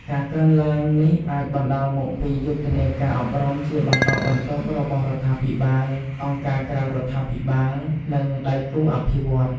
ការកើនឡើងនេះអាចបណ្ដាលមកពីយុទ្ធនាការអប់រំជាបន្តបន្ទាប់របស់រដ្ឋាភិបាល អង្គការក្រៅរដ្ឋាភិបាល និងដៃគូអភិវឌ្ឍន៍។